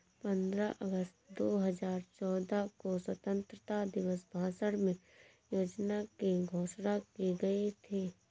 पन्द्रह अगस्त दो हजार चौदह को स्वतंत्रता दिवस भाषण में योजना की घोषणा की गयी थी